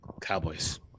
Cowboys